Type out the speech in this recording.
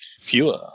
Fewer